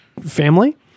family